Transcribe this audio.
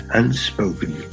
unspoken